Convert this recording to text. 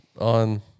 on